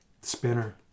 Spinner